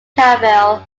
campbell